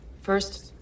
First